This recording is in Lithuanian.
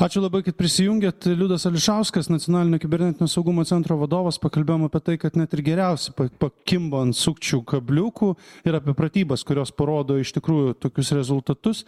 ačiū labai kad prisijungėt liudas ališauskas nacionalinio kibernetinio saugumo centro vadovas pakalbėjom apie tai kad net ir geriausi pakimba ant sukčių kabliukų ir apie pratybas kurios parodo iš tikrųjų tokius rezultatus